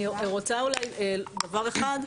אני רוצה להגיד עוד דבר אחד,